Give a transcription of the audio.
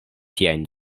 tiajn